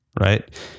right